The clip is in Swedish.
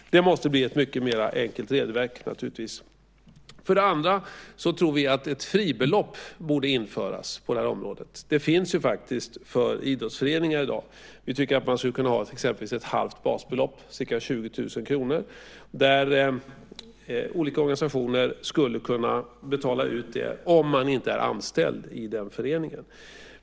Det måste alltså bli ett mycket enklare regelverk. För det andra tror vi att ett fribelopp borde införas på det här området - det finns ju faktiskt för idrottsföreningar i dag. Vi tycker att man skulle kunna ha exempelvis ett halvt basbelopp, ca 20 000 kr. Olika organisationer skulle kunna betala ut det om man inte är anställd i föreningen.